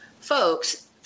folks